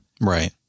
Right